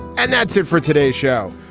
and that's it for today's show.